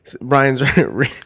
Brian's